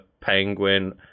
Penguin